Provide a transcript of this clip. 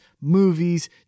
movies